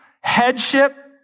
headship